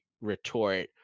retort